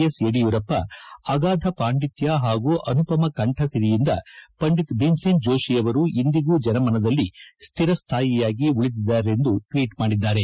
S Yediyurappa ಅಗಾಧ ಪಾಂಡಿತ್ಯ ಹಾಗೂ ಅನುಪಮ ಕಂಠಸಿರಿಯಿಂದ ಪಂಡಿತ ಭೀಮಸೇನ್ ಜೋತಿಯವರು ಇಂದಿಗೂ ಜನಮನದಲ್ಲಿ ಸ್ವಿರಸ್ವಾಯಿಯಾಗಿ ಉಳಿದ್ದಾರೆಂದು ಟ್ವೀಟ್ ಮಾಡಿದ್ದಾರೆ